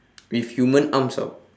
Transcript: with human arms [tau]